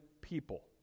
people